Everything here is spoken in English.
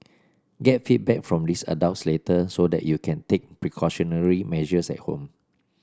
get feedback from these adults later so that you can take precautionary measures at home